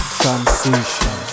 transition